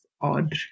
odd